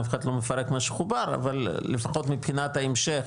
אף אחד לא מפרט מה שחובר אבל לפחות מבחינת ההמשך,